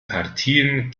partien